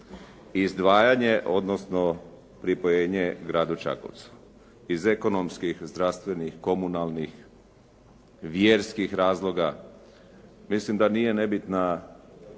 izdvajanje, odnosno pripojenje gradu Čakovcu, iz ekonomskih, zdravstvenih, komunalnih, vjerskih razloga. Mislim da nije nebitna